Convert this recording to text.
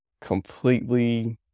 completely